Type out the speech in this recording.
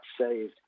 saved